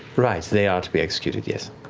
right, they are to be executed, yes.